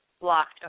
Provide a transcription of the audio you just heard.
blocked